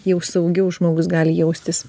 jau saugiau žmogus gali jaustis